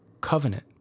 covenant